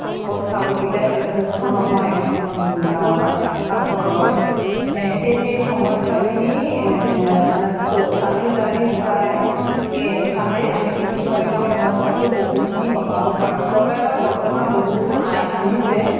অকল চাউলকেইটাই যথেষ্ট নহয় এখন গাঁৱৰ বা ঘৰৰ সেই সমস্যাখিনি মানে চালি জাৰি চাই সেই চালেই আমি শিশু শ্ৰমিকৰ সমস্যাটো বহুখিনি কমাব পাৰোঁ চৰকাৰে বাৰু বৰ্তমান বহুতো আইন আনিছে